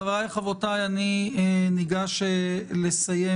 חבריי וחברותיי, אני ניגש לנעול